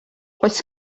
oes